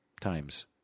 times